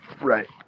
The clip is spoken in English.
right